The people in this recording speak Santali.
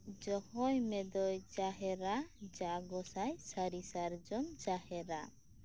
ᱛᱚᱠᱚᱭ ᱢᱮᱫᱚᱭ ᱡᱟᱦᱮᱨᱟ ᱡᱟ ᱜᱚᱸᱥᱟᱭ ᱥᱟᱹᱨᱤ ᱥᱟᱨᱡᱚᱢ ᱡᱟᱦᱮᱨᱟ